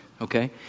Okay